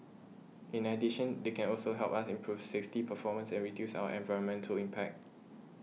in addition they can also help us improve safety performance and reduce our environmental impact